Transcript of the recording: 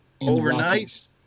Overnight